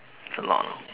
it's long ah